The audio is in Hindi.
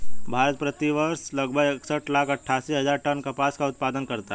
भारत, प्रति वर्ष लगभग इकसठ लाख अट्टठासी हजार टन कपास का उत्पादन करता है